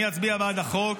אני אצביע בעד החוק.